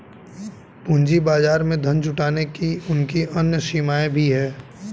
पूंजी बाजार में धन जुटाने की उनकी अन्य सीमाएँ भी हैं